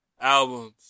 albums